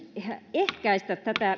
ehkäistä tätä